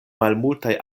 malmultaj